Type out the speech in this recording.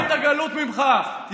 תוציא את הגלות ממך.